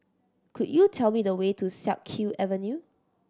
could you tell me the way to Siak Kew Avenue